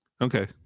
Okay